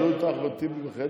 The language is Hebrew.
נעלו את אחמד טיבי בחדר?